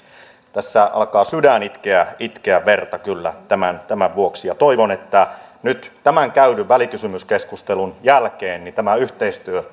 tässä alkaa kyllä sydän itkeä itkeä verta tämän tämän vuoksi ja toivon että nyt tämän käydyn välikysymyskeskustelun jälkeen yhteistyö